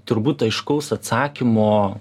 turbūt aiškaus atsakymo